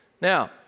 Now